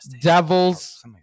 Devils